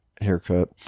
haircut